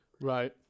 Right